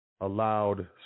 allowed